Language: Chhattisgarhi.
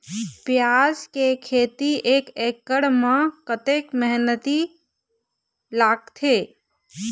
प्याज के खेती एक एकड़ म कतक मेहनती लागथे?